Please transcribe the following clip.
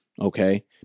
okay